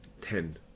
ten